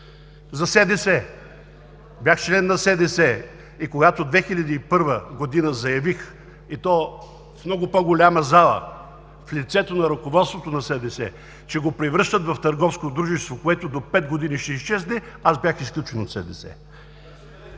За СДС. Бях член на СДС и когато 2001 г. заявих, и то в много по-голяма зала, в лицето на ръководството на СДС, че го превръщат в търговско дружество, което до пет години ще изчезне, аз бях изключен от СДС.